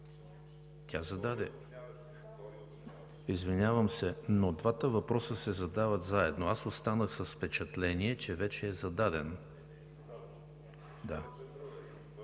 Йорданов.) Извинявам се, но двата въпроса се задават заедно. Аз останах с впечатление, че вече е зададен.